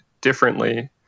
differently